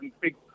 big